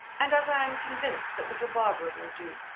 and as i am convinced that little barbara will do.